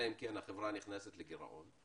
אלא אם כן החברה נכנסת לגרעון.